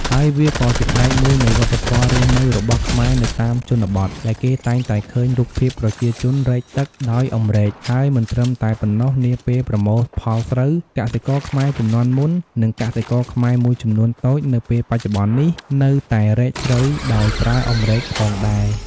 ហើយវាក៏ជាផ្នែកមួយនៃវប្បធម៌រស់នៅរបស់ខ្មែរនៅតាមជនបទ ដែលគេតែងតែឃើញរូបភាពប្រជាជនរែកទឹកដោយអម្រែក ហើយមិនត្រឹមតែប៉ុណ្ណោះនាពេលប្រមូលផលស្រូវ កសិករខ្មែរជំនាន់មុននិងកសិករខ្មែរមួយចំនូនតូចនៅពេលបច្ចុប្បន្ននេះ នៅតែរែកស្រូវដោយប្រើអម្រែកផងដែរ។